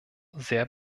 sehr